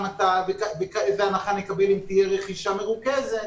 איזו הנחה אם תהיה רכישה מרוכזת,